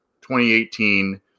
2018